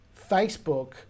facebook